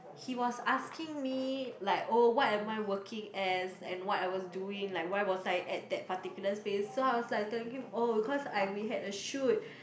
he was asking me like oh what am I working as and what I was doing like why was I at that particular space so I was like telling him oh cause I we had a shoot